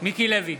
מיקי לוי,